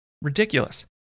Ridiculous